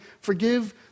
forgive